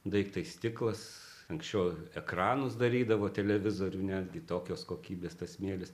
daiktai stiklas anksčiau ekranus darydavo televizorių netgi tokios kokybės tas smėlis